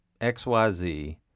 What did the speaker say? XYZ